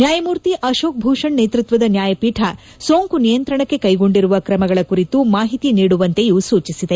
ನ್ಯಾಯಮೂರ್ತಿ ಅರೋಕ್ ಭೂಷಣ್ ನೇತೃತ್ವದ ನ್ಯಾಯಪೀಠ ಸೋಂಕು ನಿಯಂತ್ರಣಕ್ಕೆ ಕೈಗೊಂಡಿರುವ ಕ್ರಮಗಳ ಕುರಿತು ಮಾಹಿತಿ ನೀಡುವಂತೆಯೂ ಸೂಚಿಸಿದೆ